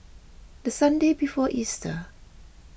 the Sunday before Easter